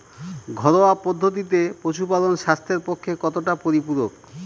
ঘরোয়া পদ্ধতিতে পশুপালন স্বাস্থ্যের পক্ষে কতটা পরিপূরক?